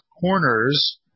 corners